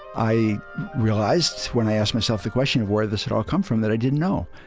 i realized when i asked myself the question of where this had all come from? that i didn't know.